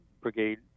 brigade